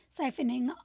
siphoning